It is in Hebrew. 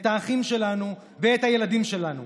את האחים שלנו ואת הילדים שלנו.